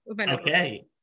Okay